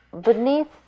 beneath